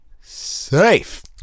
safe